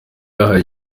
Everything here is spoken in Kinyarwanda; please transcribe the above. yahawe